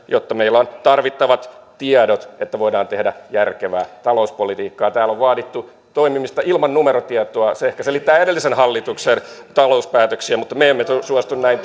jotta meillä on tarvittavat tiedot että voidaan tehdä järkevää talouspolitiikkaa täällä on vaadittu toimimista ilman numerotietoa se ehkä selittää edellisen hallituksen talouspäätöksiä mutta me emme suostu näin